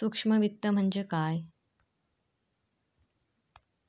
सूक्ष्म वित्त म्हणजे काय?